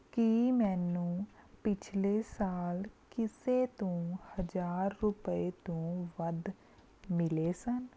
ਕੀ ਮੈਨੂੰ ਪਿਛਲੇ ਸਾਲ ਕਿਸੇ ਤੋਂ ਹਜ਼ਾਰ ਰੁਪਏ ਤੋਂ ਵੱਧ ਮਿਲੇ ਸਨ